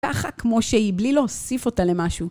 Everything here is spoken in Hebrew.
ככה כמו שהיא, בלי להוסיף אותה למשהו.